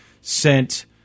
sent